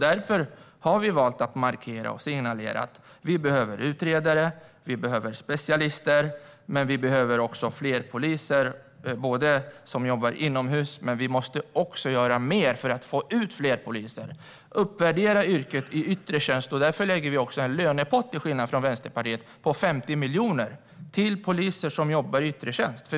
Därför har vi valt att markera och signalera att vi behöver utredare, specialister och fler poliser. Dessa behövs inomhus, men vi måste också göra mer för att få ut fler poliser och uppvärdera yrket i yttre tjänst. Därför lägger vi, till skillnad från Vänsterpartiet, även en lönepott på 50 miljoner till poliser som jobbar i yttre tjänst.